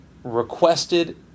requested